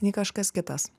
nei kažkas kitas